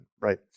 right